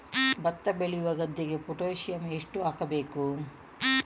ಭತ್ತ ಬೆಳೆಯುವ ಗದ್ದೆಗೆ ಪೊಟ್ಯಾಸಿಯಂ ಎಷ್ಟು ಹಾಕಬೇಕು?